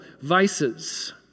vices